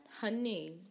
Honey